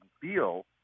feel